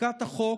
שתיקת החוק